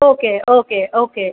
okay okay okay